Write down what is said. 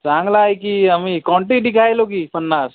चांगला आहे की आम्ही क्वांटिटी घ्यायलो की पन्नास